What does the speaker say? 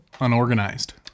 unorganized